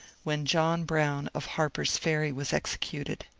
when john brown of harper's ferry was executed.